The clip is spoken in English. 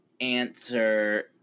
answer